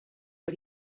but